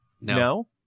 No